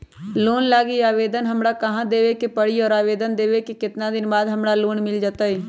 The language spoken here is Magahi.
लोन लागी आवेदन हमरा कहां देवे के पड़ी और आवेदन देवे के केतना दिन बाद हमरा लोन मिल जतई?